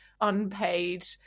unpaid